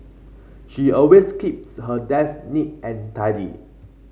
she always keeps her desk neat and tidy